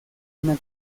una